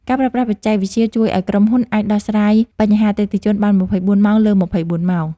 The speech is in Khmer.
ការប្រើប្រាស់បច្ចេកវិទ្យាជួយឱ្យក្រុមហ៊ុនអាចដោះស្រាយបញ្ហាអតិថិជនបាន ២៤ ម៉ោងលើ ២៤ ម៉ោង។